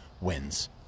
Wins